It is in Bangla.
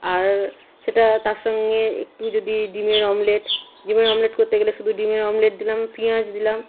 আর সেটা তার সঙ্গে একটু যদি ডিমের অমলেট ডিমের অমলেট করতে গেলে শুদু ডিমের অমলেট দিলাম পিয়াঁজ দিলাম